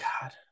God